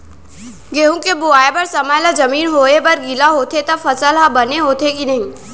गेहूँ के बोआई बर समय ला जमीन होये बर गिला होथे त फसल ह बने होथे की नही?